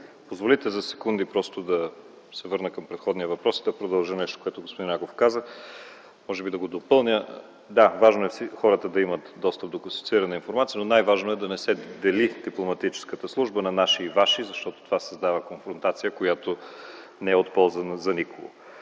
позволите за секунди просто да се върна на предходния въпрос и да продължа нещо, което господин Агов каза, и може би да допълня – да, важно е хората да имат достъп до класифицирана информация, но най-важно е да не се дели дипломатическата служба на наша и ваша, защото това създава конфронтация, която не е от полза за никого.